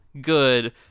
good